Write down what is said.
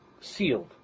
Sealed